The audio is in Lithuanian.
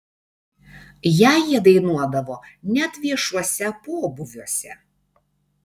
ją jie dainuodavo net viešuose pobūviuose